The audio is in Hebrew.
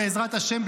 בעזרת השם,